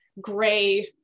gray